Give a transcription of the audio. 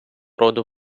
роду